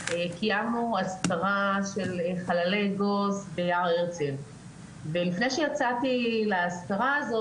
קיימנו אזכרה של חללי אגוז ביער הרצל ולפני שיצאתי לאזכרה הזאת,